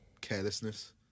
carelessness